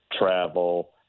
travel